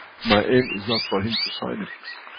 my aim is not for him to sign a peace,